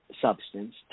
substance